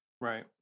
Right